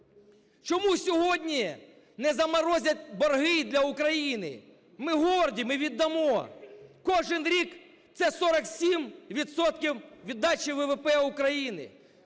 Чому сьогодні не заморозять борги для України? Ми горді, ми віддамо, кожен рік це 47 відсотків віддачі ВВП України,